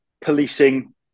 policing